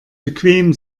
bequem